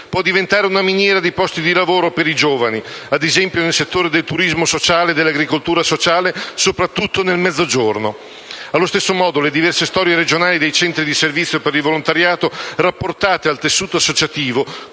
Può diventare una miniera di posti di lavoro per i giovani, ad esempio, nel settore del turismo sociale e dell'agricoltura sociale, sopratutto nel Mezzogiorno. Allo stesso modo le diverse storie regionali dei centri di servizio per il volontariato rapportate al tessuto associativo,